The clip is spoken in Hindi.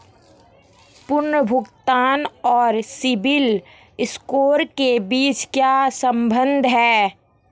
पुनर्भुगतान और सिबिल स्कोर के बीच क्या संबंध है?